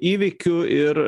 įvykių ir